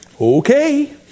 okay